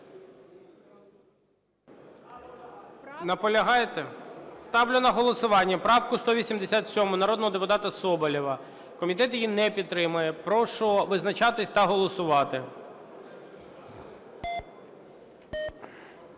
Наполягаєте? Ставлю на голосування правку 187 народного депутата Соболєва. Комітет її не підтримує. Прошу визначатись та голосувати.